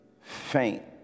faint